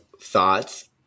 thoughts